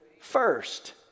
first